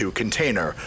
container